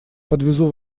подвезу